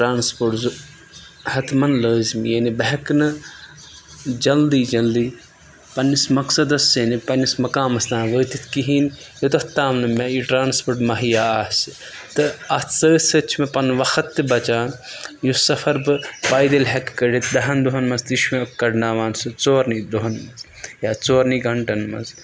transport زٕ ہَتمَن لٲزمی یعنی بہٕ ہیٚکہٕ نہٕ جلدی جلدی پَنٛنِس مقصدَس یعنی پَنٛنِس مقامَس تام وٲتِتھ کِہیٖنۍ یوٚتَتھ تام نہٕ مےٚ یہِ ٹرانسپوٹ مہیا آسہِ تہٕ اَتھ سۭتۍ سۭتۍ چھُ مےٚ پَنُن وقت تہِ بَچان یُس سَفر بہٕ پایدٕلۍ ہیٚکہٕ کٔڑِتھ دَہَن دۄہَن منٛز تہِ چھُ مےٚ کَڑناوان سُہ ژورنٕے دۄہَن منٛز یا ژورنٕے گنٛٹَن منٛز